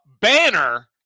banner